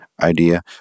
Idea